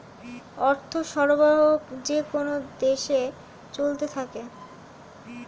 অর্থ সরবরাহ যেকোন দেশে চলতে থাকে